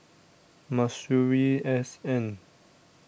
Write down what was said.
Masuri S N